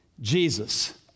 Jesus